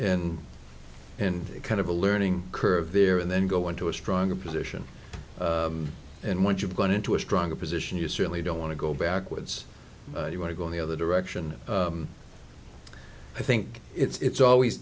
position and in kind of a learning curve there and then go into a stronger position and once you've gone into a stronger position you certainly don't want to go backwards you want to go in the other direction i think it's always